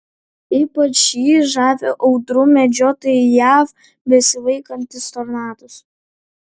ypač jį žavi audrų medžiotojai jav besivaikantys tornadus